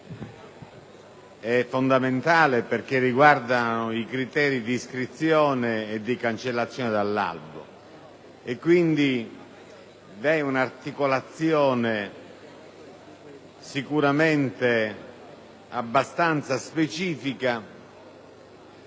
è fondamentale, perché riguarda i criteri di iscrizione e di cancellazione dall'albo, e quindi vi è un'articolazione abbastanza specifica